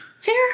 fair